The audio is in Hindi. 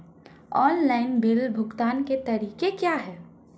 ऑनलाइन बिल भुगतान के तरीके क्या हैं?